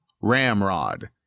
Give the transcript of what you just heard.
RAMROD